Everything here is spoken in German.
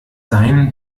sein